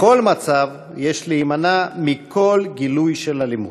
בכל מצב, יש להימנע מכל גילוי של אלימות.